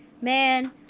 Man